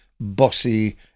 bossy